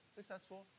successful